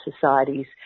societies